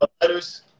Letters